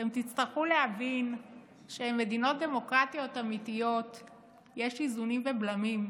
אתם תצטרכו להבין שבמדינות דמוקרטיות אמיתיות יש איזונים ובלמים,